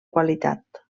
qualitat